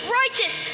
righteous